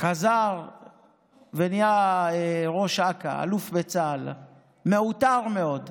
חזר ונהיה ראש אכ"א, אלוף בצה"ל, מעוטר מאוד.